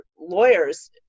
lawyers